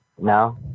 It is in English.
No